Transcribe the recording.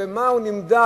ובמה הוא נמדד,